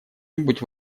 нибудь